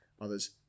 others